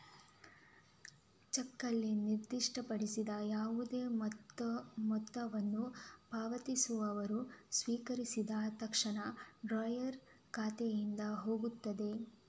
ಚೆಕ್ನಲ್ಲಿ ನಿರ್ದಿಷ್ಟಪಡಿಸಿದ ಯಾವುದೇ ಮೊತ್ತವನ್ನು ಪಾವತಿಸುವವರು ಸ್ವೀಕರಿಸಿದ ತಕ್ಷಣ ಡ್ರಾಯರ್ ಖಾತೆಯಿಂದ ಹೋಗ್ತದೆ